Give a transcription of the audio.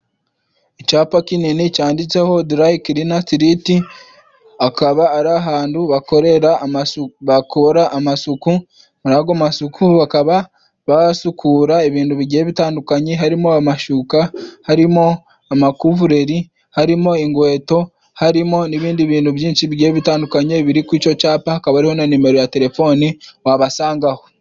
Icapa kinini canditseho Darayikirina tiriti akaba ari ahandu bakorera bakora amasuku muri ago masuku bakaba basukura ibintu bitandukanye harimo: amashuka, harimo amakuvureri, harimo ingweto, harimo n'ibindi bintu byinshi bitandukanye biri kuri ico capa, hakaba hariho na nimero ya telefoni wabasangaho.